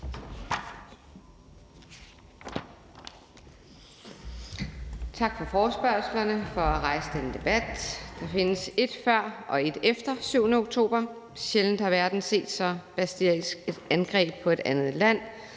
Tak for forespørgslen og for at rejse denne debat. Der findes et før og et efter den 7. oktober. Sjældent har verden set så bestialsk et angreb på et andet land